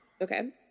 Okay